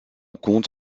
compte